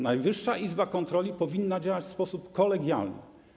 Najwyższa Izba Kontroli powinna działać w sposób kolegialny.